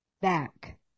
back